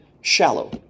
shallow